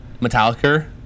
Metallica